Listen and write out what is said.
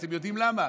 אתם יודעים למה?